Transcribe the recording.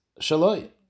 shaloi